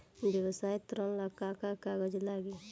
व्यवसाय ऋण ला का का कागज लागी?